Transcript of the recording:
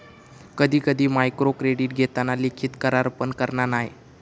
कधी कधी मायक्रोक्रेडीट घेताना लिखित करार पण करना नाय